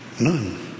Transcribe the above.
none